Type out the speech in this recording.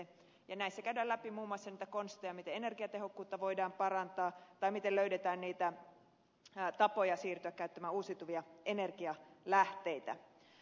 näissä käydään läpi muun muassa niitä konsteja miten energiatehokkuutta voidaan parantaa tai miten löydetään niitä tapoja siirtyä käyttämään uusiutuvia energialähteitä